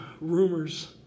rumors